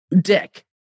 Dick